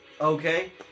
Okay